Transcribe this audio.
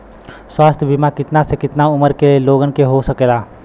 स्वास्थ्य बीमा कितना से कितना उमर के लोगन के हो सकेला?